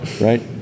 Right